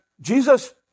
Jesus